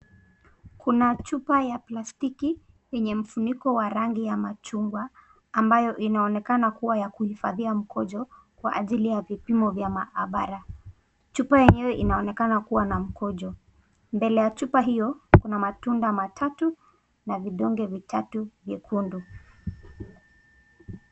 Kuna chupa ya plastiki yenye mfuniko wa rangi ya machungwa ambayo inaonekana kuwa ya kuhifadhia mkojo kwa ajili ya vipimo vya maabara. Chupa yenyewe inaonekana kuwa na mkojo. Mbele ya chupa hiyo, kuna matunda matatu na vidonge vitatu vyekundu.